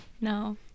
No